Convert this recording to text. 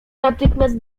natychmiast